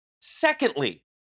Secondly